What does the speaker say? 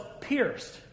pierced